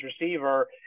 receiver